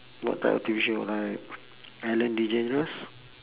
what type of T_V show like ellen degeneres